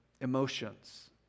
emotions